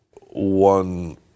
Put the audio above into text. one